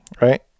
Right